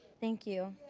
thank you.